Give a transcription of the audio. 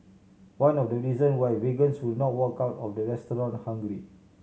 one of the reason why vegans will not walk out of the restaurant hungry